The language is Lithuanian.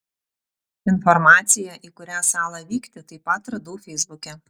informaciją į kurią salą vykti taip pat radau feisbuke